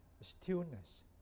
stillness